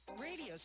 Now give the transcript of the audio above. radio